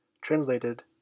Translated